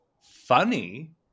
funny